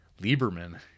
Lieberman